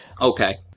Okay